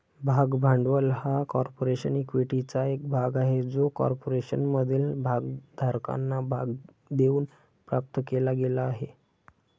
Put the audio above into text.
भाग भांडवल हा कॉर्पोरेशन इक्विटीचा एक भाग आहे जो कॉर्पोरेशनमधील भागधारकांना भाग देऊन प्राप्त केला गेला आहे